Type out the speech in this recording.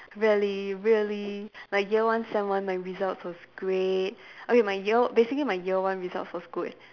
really really like year one sem one my results was great okay my year basically my year one results was good